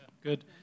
Good